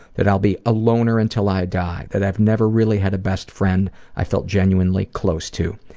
that i'll be a loner until i die, that i've never really had a best friend i felt genuinely close to,